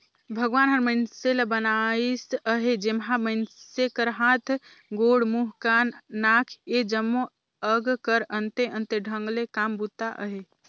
भगवान हर मइनसे ल बनाइस अहे जेम्हा मइनसे कर हाथ, गोड़, मुंह, कान, नाक ए जम्मो अग कर अन्ते अन्ते ढंग ले काम बूता अहे